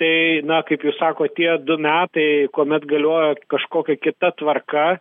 tai na kaip jūs sakot tie du metai kuomet galiojo kažkokia kita tvarka